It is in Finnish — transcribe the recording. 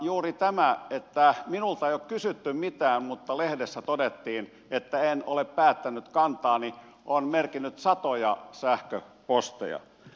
juuri tämä että minulta ei ole kysytty mitään mutta lehdessä todettiin että en ole päättänyt kantaani on merkinnyt satoja sähköposteja